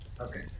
Okay